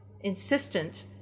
insistent